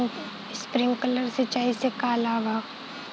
Sprinkler सिंचाई से का का लाभ ह?